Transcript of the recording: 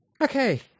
Okay